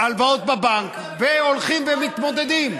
הלוואות בנק והולכים ומתמודדים.